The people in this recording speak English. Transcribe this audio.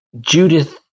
Judith